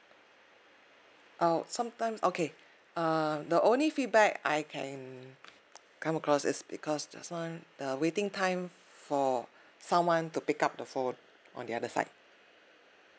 oh sometimes okay err the only feedback I can come across is because that's one the waiting time for someone to pick up the phone on the other side